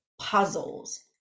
puzzles